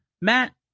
Matt